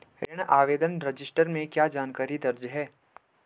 ऋण आवेदन रजिस्टर में क्या जानकारी दर्ज है?